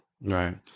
Right